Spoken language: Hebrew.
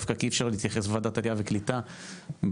כי אי אפשר להתייחס בוועדת עלייה וקליטה בלי